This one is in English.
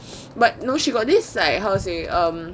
but no she got this how to say um